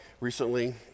Recently